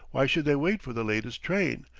why should they wait for the latest train,